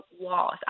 walls